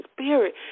Spirit